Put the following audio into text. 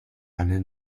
eine